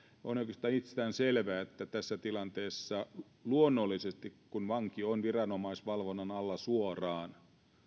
oikeastaan itsestäänselvää että tässä tilanteessa kun vanki on viranomaisvalvonnan alla suoraan